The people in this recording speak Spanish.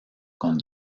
con